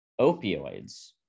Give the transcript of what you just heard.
opioids